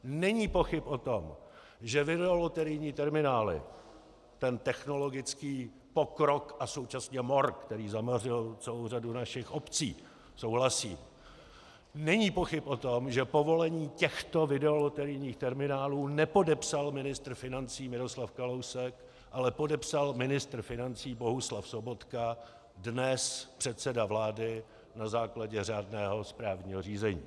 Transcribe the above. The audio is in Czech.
Není pochyb o tom, že videoloterijní terminály, ten technologický pokrok a současně mord, který zamořil celou řadu našich obcí, souhlasí, není pochyb o tom, že povolení těchto videoloterijních terminálů nepodepsal ministr financí Miroslav Kalousek, ale podepsal ministr financí Bohuslav Sobotka, dnes předseda vlády, na základě řádného správního řízení.